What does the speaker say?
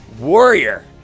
warrior